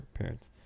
parents